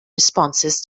responses